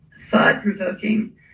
thought-provoking